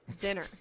dinner